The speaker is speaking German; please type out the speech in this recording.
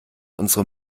unsere